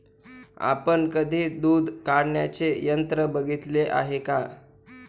आपण कधी दूध काढण्याचे यंत्र बघितले आहे का?